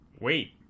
Wait